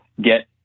get